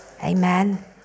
Amen